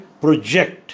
project